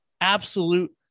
absolute